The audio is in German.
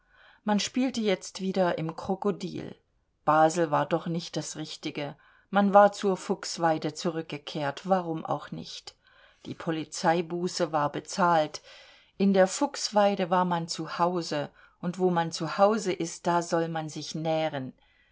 man spielte jetzt wieder im krokodil basel war doch nicht das richtige man war zur fuchsweide zurückgekehrt warum auch nicht die polizeibuße war bezahlt in der fuchsweide war man zu hause und wo man zu hause ist da soll man sich nähren